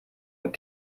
und